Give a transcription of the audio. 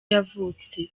yavutse